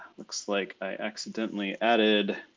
looks like i accidentally added